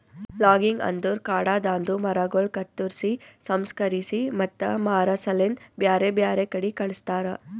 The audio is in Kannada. ಲಾಗಿಂಗ್ ಅಂದುರ್ ಕಾಡದಾಂದು ಮರಗೊಳ್ ಕತ್ತುರ್ಸಿ, ಸಂಸ್ಕರಿಸಿ ಮತ್ತ ಮಾರಾ ಸಲೆಂದ್ ಬ್ಯಾರೆ ಬ್ಯಾರೆ ಕಡಿ ಕಳಸ್ತಾರ